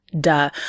Duh